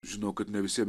žinau kad ne visiem